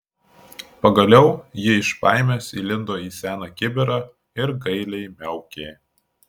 pagaliau ji iš baimės įlindo į seną kibirą ir gailiai miaukė